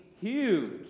huge